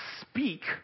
speak